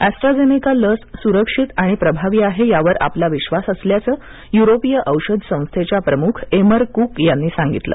AstraZeneca लस सुरक्षित आणि प्रभावी आहे यावर आपला विश्वास असल्याचं युरोपीय औषध संस्थेच्या प्रमुख एमर कूक यांनी सांगितलं